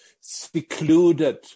secluded